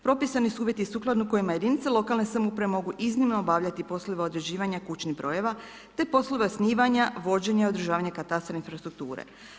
Propisani su uvjeti sukladno kojima jedinice lokalne samouprave mogu iznimno obavljati poslove određivanja kućnih brojeva te poslove osnivanja, vođenja i održavanja katastra infrastrukture.